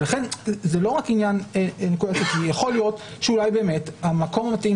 לכן יכול להיות שאולי המקום המתאים